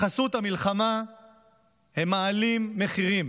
בחסות המלחמה הם מעלים מחירים,